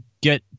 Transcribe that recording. get